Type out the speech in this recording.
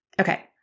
Okay